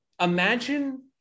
imagine